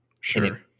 sure